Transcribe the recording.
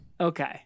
Okay